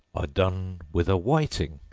are done with a whiting.